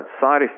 side